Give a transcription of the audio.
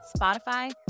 Spotify